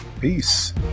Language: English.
peace